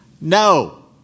No